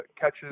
catches